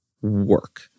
work